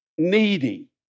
needy